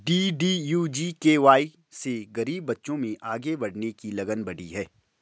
DDU GKY से गरीब बच्चों में आगे बढ़ने की लगन बढ़ी है